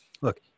Look